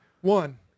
One